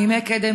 מימי קדם,